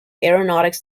aeronautics